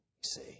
See